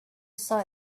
saw